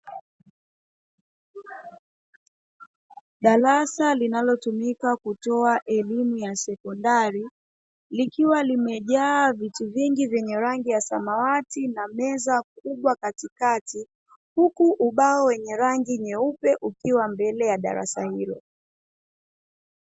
Darasa linalotumika kutoa elimu ya sekondari, likiwa limejaa viti vingi vyenye rangi ya samawati na meza kubwa katikati, huku ubao wenye rangi nyeupe ukiwa mbele ya darasa hilo.